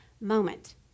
moment